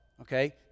Okay